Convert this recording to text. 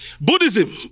Buddhism